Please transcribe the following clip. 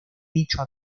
dicho